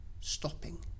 stopping